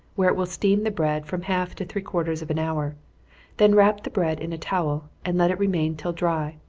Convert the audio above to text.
where it will steam the bread from half to three-quarters of an hour then wrap the bread in a towel, and let it remain till dry.